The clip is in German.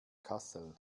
kassel